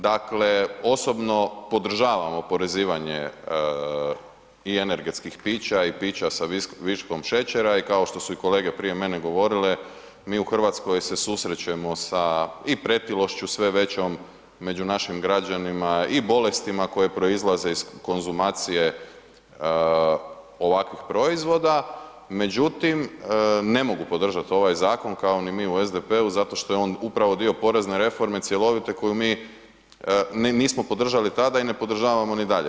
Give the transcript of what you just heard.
Dakle, osobno podržavam oporezivanje i energetskih pića i pića sa viškom šećera i kao što su i kolege prije mene govorile mi u Hrvatskoj se susrećemo sa i pretilošću sve većom među našim građanima i bolestima koje proizlaze iz konzumacije ovakvih proizvoda, međutim ne mogu podržati ovaj zakon kao ni mi u SDP-u zato što je on dio upravo porezne reforme cjelovite koju mi ni nismo podržali tada i ne podržavamo ni dalje.